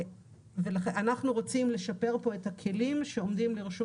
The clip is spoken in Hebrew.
אנחנו רוצים לשפר פה את הכלים שעומדים לרשות